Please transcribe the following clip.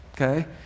okay